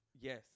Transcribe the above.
Yes